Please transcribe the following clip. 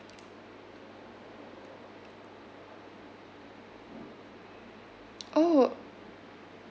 oh